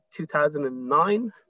2009